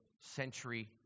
century